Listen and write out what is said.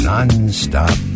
Non-Stop